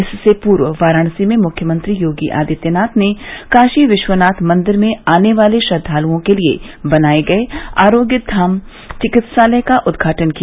इससे पूर्व वाराणसी में मुख्यमंत्री योगी आदित्यनाथ ने काशी विश्वनाथ मंदिर में आने वाले श्रद्धालुओं के लिये बनाये गये आरोग्यधाम चिकित्सालय का उदघाटन किया